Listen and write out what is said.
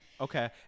Okay